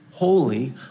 holy